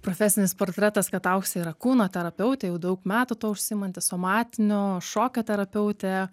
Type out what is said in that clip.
profesinis portretas kad auksė yra kūno terapeutė jau daug metų tuo užsiimanti somatinio šokio terapeutė